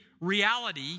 reality